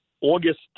August